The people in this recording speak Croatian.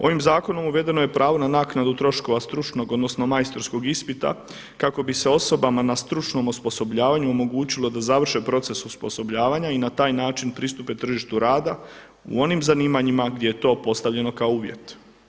Ovim zakonom uvedeno je pravo na naknadu troškova stručnog odnosno majstorskog ispita kako bi se osobama na stručnom osposobljavanju omogućilo da završe proces osposobljavanja i na taj način pristupe tržištu rada u onim zanimanjima gdje je to postavljeno kao uvjet.